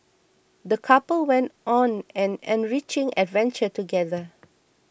the couple went on an enriching adventure together